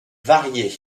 varier